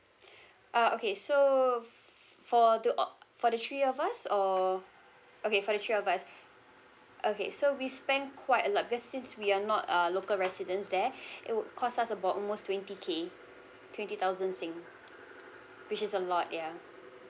uh okay so for the all for the three of us or okay for the three of us okay so we spent quite a lot because since we are not uh local residence there it would cost us about almost twenty K twenty thousand sing which is a lot ya